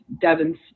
Devon's